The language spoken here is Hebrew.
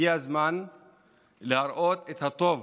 הגיע הזמן להראות את הטוב